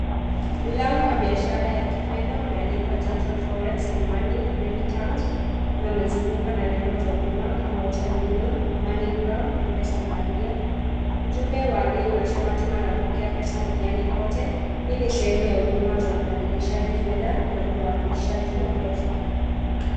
Mlango wa biashara ya kifedha umeandikwa Junction Forex And Money Remittance na umezungukwa na nembo za huduma kama Western Union, Money Gram, M-pesa na Ria. Ujumbe wa ria unasema tuma na pokea pesa duniani kote, hii ni sehemu ya huduma za ubadilishaji fedha na uhalishaji wa pesa.